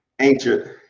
ancient